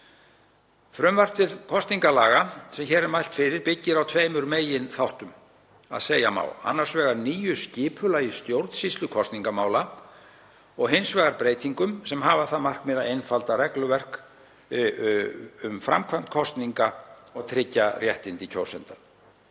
Frumvarp til kosningalaga sem hér er mælt fyrir byggir á tveimur meginþáttum að segja má: Annars vegar nýju skipulagi stjórnsýslu kosningamála og hins vegar breytingum sem hafa það að markmiði að einfalda regluverk um framkvæmd kosninga og tryggja réttindi kjósenda.